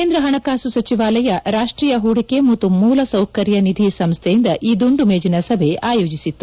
ಕೇಂದ್ರ ಹಣಕಾಸು ಸಚಿವಾಲಯ ರಾಷ್ಷೀಯ ಹೂಡಿಕೆ ಮತ್ತು ಮೂಲಸೌಕರ್ಯ ನಿಧಿ ಸಂಸ್ನೆಯಿಂದ ಈ ದುಂಡು ಮೇಜಿನ ಸಭೆ ಆಯೋಜಿಸಲಾಗಿತ್ತು